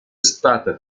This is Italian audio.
stata